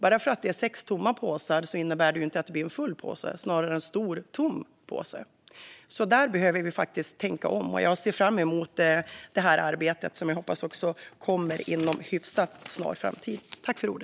Bara för att det är sex tomma påsar innebär inte det att det blir en full påse, snarare en stor tom påse. Där behöver vi faktiskt tänka om. Jag ser fram emot det här arbetet, som jag hoppas också kommer inom en hyfsat snar framtid.